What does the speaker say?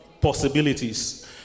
possibilities